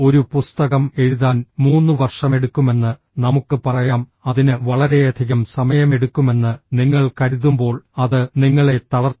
ഒരു പുസ്തകം എഴുതാൻ 3 വർഷമെടുക്കുമെന്ന് നമുക്ക് പറയാം അതിന് വളരെയധികം സമയമെടുക്കുമെന്ന് നിങ്ങൾ കരുതുമ്പോൾ അത് നിങ്ങളെ തളർത്തും